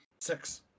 Six